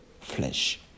Flesh